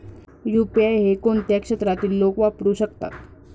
UPI हे कोणत्या क्षेत्रातील लोक वापरू शकतात?